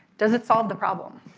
does it solved the problem